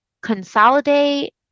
consolidate